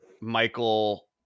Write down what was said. Michael